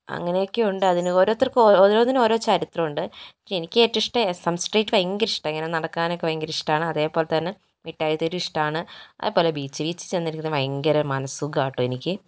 അങ്ങനെയൊക്കെ ഉണ്ട് അതിന് ഓരോരുത്തർക്കും ഓരോന്നിനും ഓരോ ചരിത്രമുണ്ട് എനിക്ക് ഏറ്റവും ഇഷ്ടം എസ് എം സ്ട്രീറ്റ് ഭയങ്കര ഇഷ്ടമാണ് ഇങ്ങനെ നടക്കാനൊക്കെ ഭയങ്കര ഇഷ്ടമാണ് അതേപോലെതന്നെ മിഠായിത്തെരുവ് ഇഷ്ടമാണ് അതേപോലെ ബീച്ച് ബീച്ച് ചെന്നിരിക്കുന്ന ഭയങ്കര മനസ്സുഖമാണ് കേട്ടോ എനിക്ക്